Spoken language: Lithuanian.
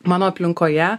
mano aplinkoje